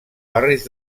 barris